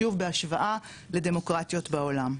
שובר בהשוואה לדמוקרטיות בעולם.